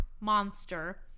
Monster